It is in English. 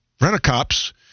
rent-a-cops